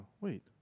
wait